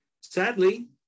Sadly